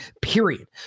Period